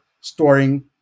storing